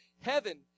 Heaven